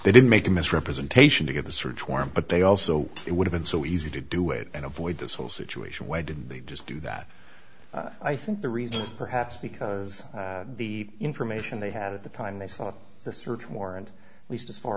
they didn't make a misrepresentation to get the search warrant but they also it would have been so easy to do it and avoid this whole situation why didn't they just do that i think the reason perhaps because the information they had at the time they saw the search warrant at least as far